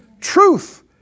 Truth